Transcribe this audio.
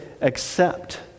accept